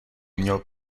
měl